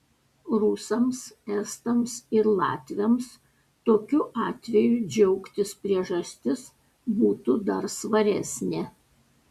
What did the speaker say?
rusams estams ir latviams tokiu atveju džiaugtis priežastis būtų dar svaresnė